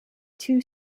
two